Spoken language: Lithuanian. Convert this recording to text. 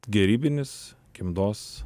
gerybinis gimdos